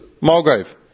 Mulgrave